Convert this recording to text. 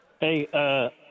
Hey